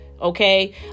Okay